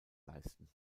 leisten